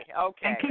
okay